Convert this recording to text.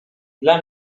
dla